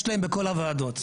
יש להם בכל הוועדות.